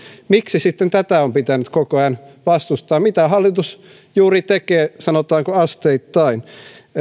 miksi sitten tätä on pitänyt koko ajan vastustaa mitä hallitus juuri tekee sanotaanko asteittain